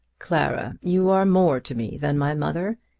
clara, you are more to me than my mother.